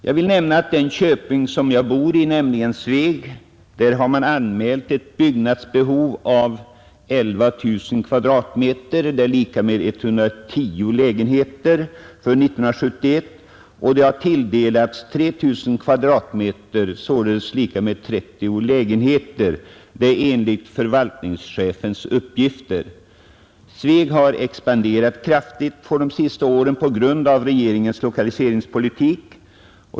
Jag vill nämna att i den köping där jag bor, nämligen Sveg, har man för 1971 anmält ett byggnadsbehov på 11 000 kvadratmeter, dvs. 110 lägenheter, och man har tilldelats 3 000 kvadratmeter, dvs. 30 lägenheter, detta enligt förvaltningschefens uppgifter. Sveg har expanderat kraftigt de senaste åren på grund av regeringens lokaliseringspolitik.